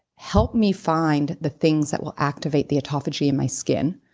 help me find the things that will activate the autophagy in my skin.